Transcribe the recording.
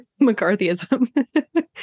mccarthyism